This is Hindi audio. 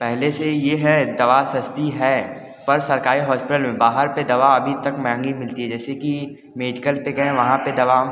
पहले से ये है दवा सस्ती है पर सरकारी हॉस्पिटल पर बाहर पर दवा अभी तक महंगी मिलती है जैसे कि मेडिकल पर गए वहाँ पे दवा